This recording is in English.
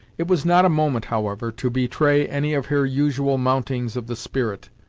it was not a moment, however, to betray any of her usual mountings of the spirit,